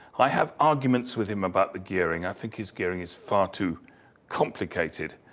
i have arguments with him about the gearing, i think his gearing is far too complicated.